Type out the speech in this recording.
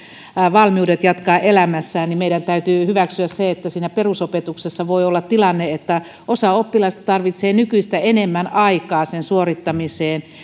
valmiudet jatkaa elämässään ja meidän täytyy hyväksyä se että siinä perusopetuksessa voi olla tilanne että osa oppilaista tarvitsee nykyistä enemmän aikaa sen suorittamiseen